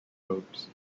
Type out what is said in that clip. probes